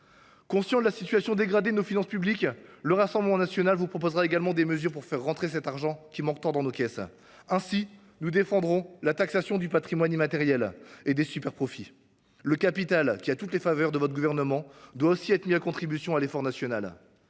Conscient de la situation dégradée de nos finances publiques, le Rassemblement national vous proposera également des mesures pour faire rentrer dans nos caisses cet argent qui manque tant. Nous défendrons ainsi la taxation du patrimoine immatériel et des superprofits. Le capital, qui a toutes les faveurs du Gouvernement, doit aussi contribuer à l’effort national,